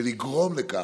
ולגרום לכך,